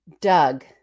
Doug